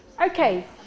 Okay